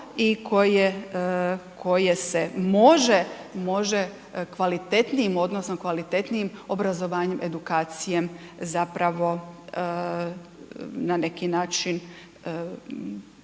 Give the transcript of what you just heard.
odnosom, kvalitetnijim obrazovanjem, edukacijom zapravo na neki način promijeniti